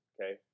okay